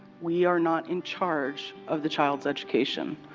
we are not in charge of the child's education.